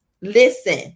Listen